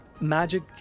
Magic